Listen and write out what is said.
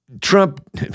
Trump